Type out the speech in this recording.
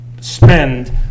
spend